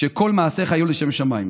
וכל מעשיך יהיו לשם שמיים.